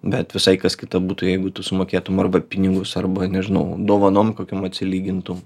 bet visai kas kita būtų jeigu tu sumokėtum arba pinigus arba nežinau dovanom kokiom atsilygintum